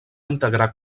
integrar